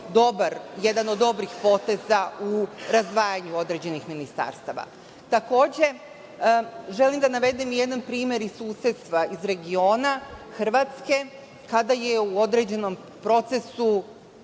jedan od dobrih poteza u razdvajanju određenih ministarstava. Takođe, želim da navedem i jedan primer iz susedstva, iz regiona, Hrvatske, kada se u određenom procesu